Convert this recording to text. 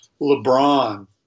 LeBron